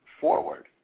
forward